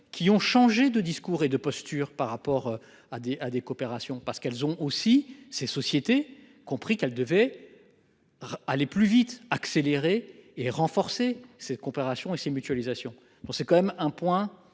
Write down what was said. qui ont changé de discours et de postures par rapport à des, à des coopérations parce qu'elles ont aussi ces sociétés compris qu'elle devait. Aller plus vite. Accélérer et renforcer cette coopération et ces. Mutualisation, donc c'est quand même un point